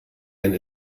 and